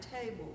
table